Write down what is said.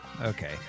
okay